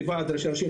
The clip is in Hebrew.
כוועד ראשי רשויות,